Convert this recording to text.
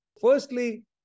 Firstly